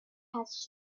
has